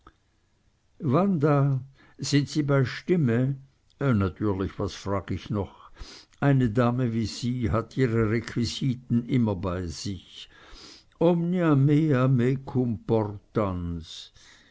wanda sind sie bei stimme natürlich was frag ich noch eine dame wie sie hat ihre requisiten immer bei sich omnia mea mecum